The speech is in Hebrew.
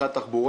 אחת של התחבורה